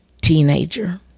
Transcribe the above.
teenager